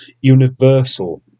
Universal